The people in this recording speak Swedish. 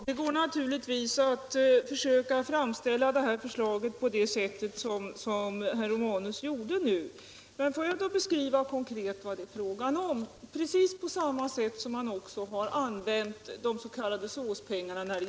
Herr talman! Man kan naturligtvis framställa detta förslag så som herr Romanus nu gjorde, men tillåt mig då att konkret beskriva vad det är fråga om. Här gäller det att använda medlen på samma sätt som skolan använder des.k. SÅS-pengarna.